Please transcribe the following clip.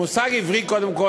המושג "עברי", קודם כול.